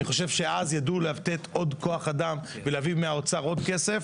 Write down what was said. אני חושב שאז ידעו לתת עוד כוח אדם ולהביא מהאוצר עוד כסף.